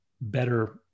better